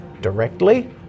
directly